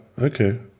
okay